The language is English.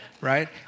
right